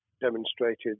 demonstrated